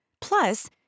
Plus